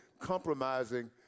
compromising